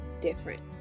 different